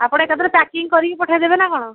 ଆପଣ ଏକଥାରେ ପ୍ୟାକିଙ୍ଗ୍ କରିକି ପଠେଇଦେବେ ନା କଣ